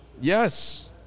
Yes